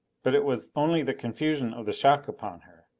but it was only the confusion of the shock upon her.